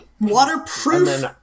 waterproof